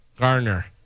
Garner